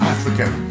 African